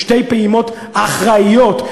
בשתי פעימות אחראיות,